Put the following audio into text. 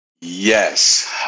Yes